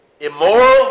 immoral